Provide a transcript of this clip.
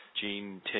gene